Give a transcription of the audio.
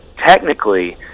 technically